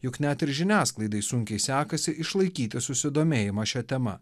juk net ir žiniasklaidai sunkiai sekasi išlaikyti susidomėjimą šia tema